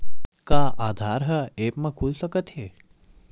का आधार ह ऐप म खुल सकत हे?